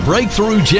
Breakthrough